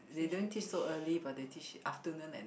they don't teach so early but they teach afternoon and